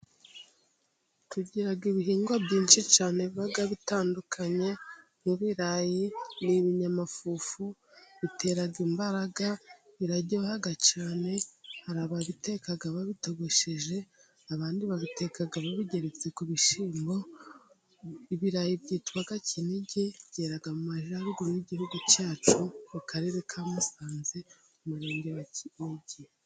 Tugira ibihingwa byinshi cyane biba bitandukanye, ibirayi ni ibinyamafufu bitera imbaraga, biraryoha cyane hari ababiteka babitogosheje abandi babiteka babigeretse ku bishyimbo, ibirayi byitwa kinigi byera mu Majyaruguru y'Igihugu cyacu mu Karere ka Musanze Umurenge wa k Kinigi.